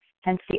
hence